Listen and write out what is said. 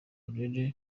uburere